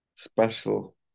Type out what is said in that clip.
special